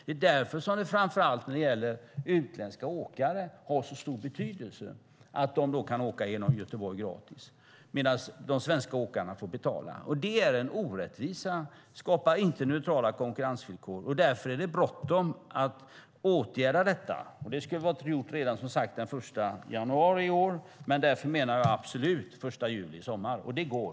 Det är därför det har så stor betydelse framför allt när det gäller utländska åkare att de kan åka genom Göteborg gratis medan de svenska åkarna får betala. Detta är en orättvisa, och det skapar inte neutrala konkurrensvillkor. Därför är det bråttom att åtgärda det här. Det skulle som sagt ha varit gjort redan den 1 januari i år, men jag menar att det absolut ska göras till den 1 juli i sommar. Det går!